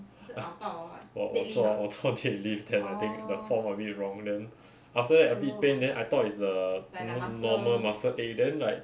我我做我做 deadlift then I think the form a bit wrong then after that a bit pain then I thought is the norm~ normal muscle pain then like